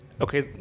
Okay